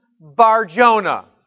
Barjona